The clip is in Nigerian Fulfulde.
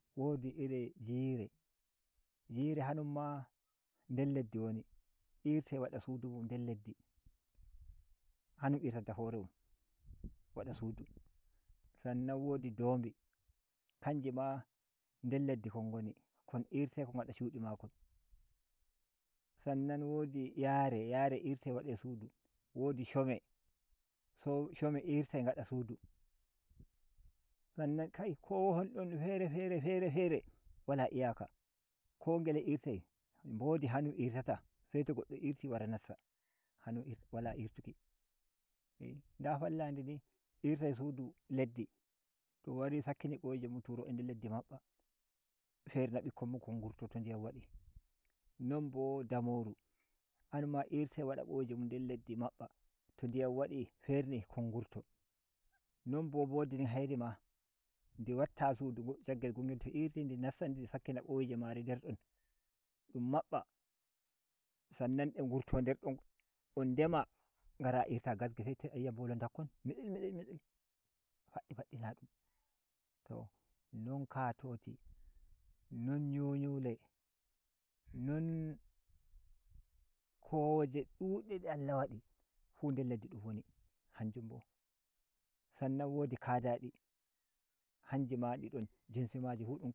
Wodi iri jire jire ha ‘yun ma der leɗɗ woni irtai wada sudu mun der leddi hanum irtanta hore mun wada sudu sannan wodi domi kanjima der leɗɗi kon goni kon irtai kon ngada shudi makon sannan wodi yare yare irtai wadai sudu wdi shome, shome irtai ngada sudu Sanai kai kowohon don fere fere fere wala iyaka ko ngele irtai modi hayum irtata seto goddo irti wara nasta hayum wata irtuki, da palla ndi irtai sudu leɗdi to wari sakkini koyije mun nder leddi mabba ferna bikkon mun kon ngurto to ndiyam wadi non bo damoru hanum ma irtai wada koyije mun nder leddi mabba to ndi yam wadi fern ikon ngurto num bo mbodi din hairi ma ndi watta sudu shaggel gongel to irti ndi nasta ndi sakkina koyije mari nder don dun mabbba sannan de gurto nder don on ndema ngara irta gasgel se ngi’a molon dakkon mitsil mitsil paddina dum to non katoti non ‘yuyule non kowoje dudde de Allah wadi fu nder leddi dun woni hanjum bo sannan bo wodi kada di hanji ma di don jinsimaji dun.